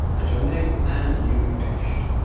add your name, and you've finished!